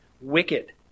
wicked